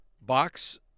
box